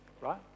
right